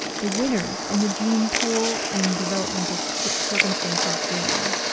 the winners in the gene pool and developmental so circumstances game,